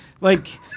like-